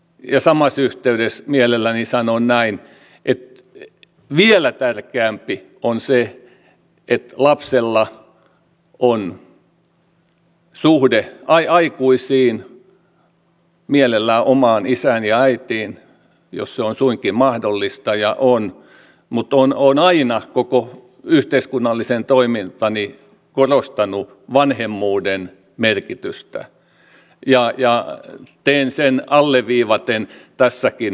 ja samassa yhteydessä mielelläni sanon näin että vielä tärkeämpää on se että lapsella on suhde aikuisiin mielellään omaan isään ja äitiin jos se on suinkin mahdollista mutta olen aina koko yhteiskunnallisen toimintani ajan korostanut vanhemmuuden merkitystä ja teen sen alleviivaten tässäkin yhteydessä